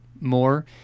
more